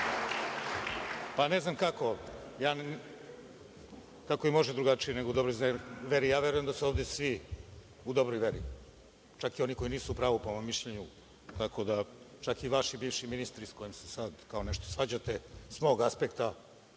**Nenad Milić** Kako i može drugačije, nego u dobroj veri. Verujem da su ovde svi u dobroj veri, čak i oni koji nisu u pravu, po mom mišljenju, tako da, čak i vaši bivši ministri sa kojima se sada kao nešto svađate, sa mog aspekta,